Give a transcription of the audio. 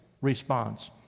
response